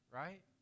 right